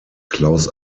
claus